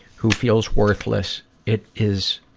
who feels worthless, it is,